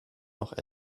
noch